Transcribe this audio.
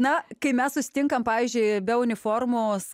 na kai mes susitinkam pavyzdžiui be uniformos